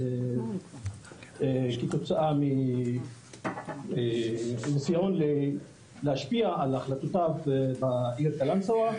כתוצאה מנסיון להשפיע על החלטותיו בעיר קלנסווה.